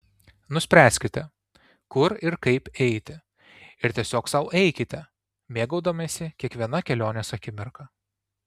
nuspręskite kur ir kaip eiti ir tiesiog sau eikite mėgaudamiesi kiekviena kelionės akimirka